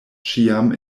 ĉiam